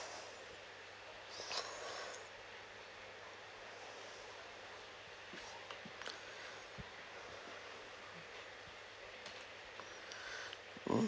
hmm